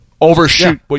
Overshoot